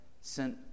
sent